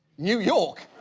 new york?